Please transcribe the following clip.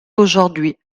aujourd’hui